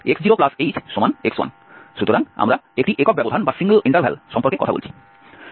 সুতরাং আমরা একটি একক ব্যবধান সম্পর্কে কথা বলছি